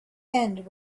end